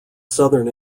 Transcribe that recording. southern